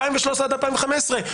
2013 עד 2015,